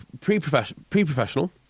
Pre-professional